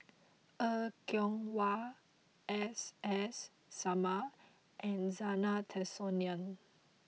Er Kwong Wah S S Sarma and Zena Tessensohn